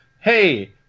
Hey